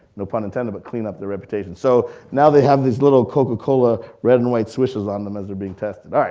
no pun intended, but clean up their reputation. so now they have this little coca-cola, red and white switches on them, as they're being tested.